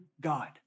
God